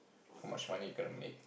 how much money you gonna make